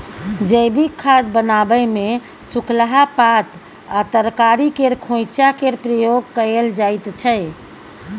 जैबिक खाद बनाबै मे सुखलाहा पात आ तरकारी केर खोंइचा केर प्रयोग कएल जाइत छै